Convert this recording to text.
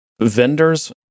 vendors